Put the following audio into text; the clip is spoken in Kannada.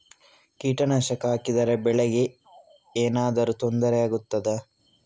ಕೀಟನಾಶಕ ಹಾಕಿದರೆ ಬೆಳೆಗೆ ಏನಾದರೂ ತೊಂದರೆ ಆಗುತ್ತದಾ?